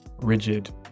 rigid